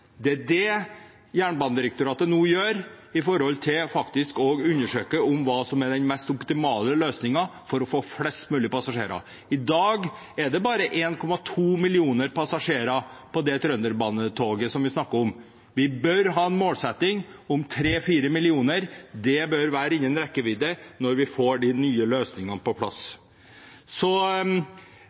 Det er det Jernbanedirektoratet nå gjør for faktisk å undersøke hva som er den mest optimale løsningen for å få flest mulig passasjerer. I dag er det bare 1,2 millioner passasjerer på det trønderbanetoget som vi snakker om. Vi bør ha en målsetting om 3–4 millioner. Det bør være innen rekkevidde når vi får de nye løsningene på plass. Så